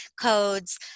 codes